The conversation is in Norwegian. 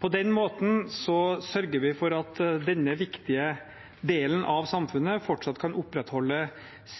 På den måten sørger vi for at denne viktige delen av samfunnet fortsatt kan opprettholde